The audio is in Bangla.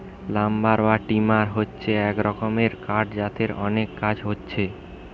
লাম্বার বা টিম্বার হচ্ছে এক রকমের কাঠ যাতে অনেক কাজ হচ্ছে